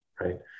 right